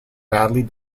badly